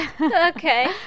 Okay